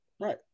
right